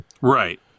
Right